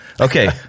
Okay